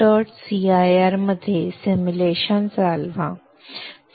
cir मध्ये simulation चालवा